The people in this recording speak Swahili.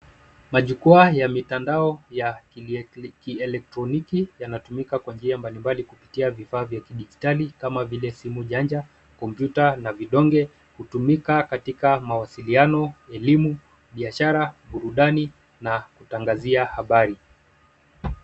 Majukwaa ya mitandao ya kielektroniki yanatumika kwa njia mbalimbali kupitia vifaa vya kidijitali kama vile simu janja, kompyuta na vidonge, hutumika katika mawasiliano, elimu, biashara, burudani na kutangazia habari.